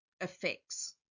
effects